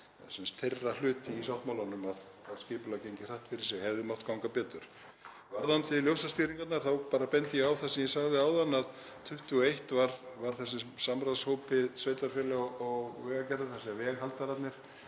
sagt þeirra hlutur í sáttmálanum um að skipulag gengi hratt fyrir sig hefði mátt ganga betur. Varðandi ljósastýringarnar þá bara bendi ég á það sem ég sagði áðan að 2021 var þessum samráðshópi sveitarfélaga og Vegagerðarinnar sem veghaldara